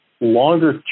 longer